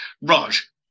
Raj